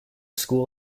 school